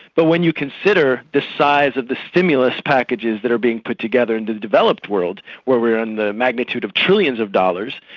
but when you consider the size of the stimulus packages that are being put together in the developed world where we're in the magnitude of trillions of dollars,